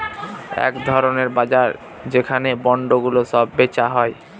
এক ধরনের বাজার যেখানে বন্ডগুলো সব বেচা হয়